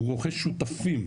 הוא רוכש שותפים,